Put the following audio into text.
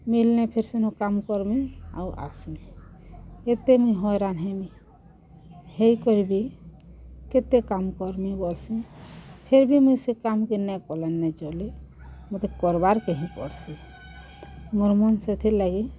ମିଲ୍ଲେ ଫିର୍ ସେନ କାମ୍ କର୍ମି ଆଉ ଆସ୍ମି କେତେ ମୁଇଁ ହଏରାନ୍ ହେମି ହେଇକରି ବି କେତେ ମୁଇଁ କାମ୍ କର୍ମି ବଲ୍ସିଁ ଫେର୍ ବି ମୁଇଁ ସେ କାମ୍ କେ ନାଇଁକଲେ ନାଇଁଚଲେଁ ମୋତେ କରବାର୍କେ ହିଁ ପଡ଼୍ସି ମୋର୍ ମନ୍ ସେଥିର୍ ଲାଗି